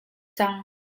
cang